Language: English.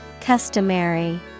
Customary